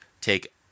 take